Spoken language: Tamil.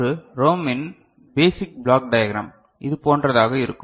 ஒரு ROM இன் பேசிக் பிளாக் டையகிராம் இது போன்றதாக இருக்கும்